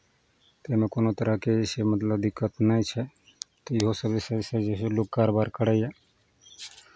ताहिमे कोनो तरहके जे छै मतलब दिक्कत नहि छै तऽ यहो सर्विस सभसँ जे हइ लोक कारोबार करैए